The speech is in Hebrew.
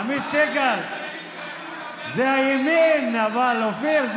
עמית סגל זה הימין, אופיר.